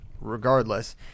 regardless